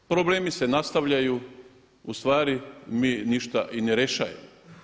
Problemi se nastavljaju, ustvari mi ništa i ne rješavamo.